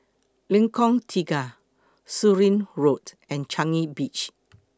Lengkong Tiga Surin Road and Changi Beach